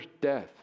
death